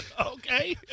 Okay